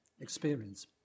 experience